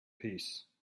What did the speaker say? peace